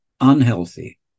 unhealthy